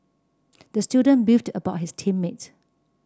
the student beefed about his team mates